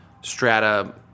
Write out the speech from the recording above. strata